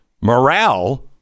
morale